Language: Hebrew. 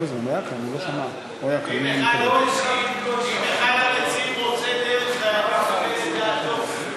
אם אחד המציעים רוצה דרך, את דעתו.